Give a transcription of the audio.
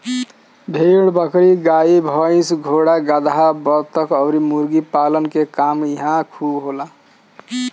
भेड़ बकरी, गाई भइस, घोड़ा गदहा, बतख अउरी मुर्गी पालन के काम इहां खूब होला